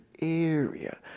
area